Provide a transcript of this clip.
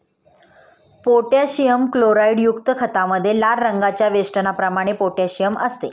potassium क्लोराईडयुक्त खतामध्ये लाल रंगाच्या वेष्टनाप्रमाणे पोटॅशियम असते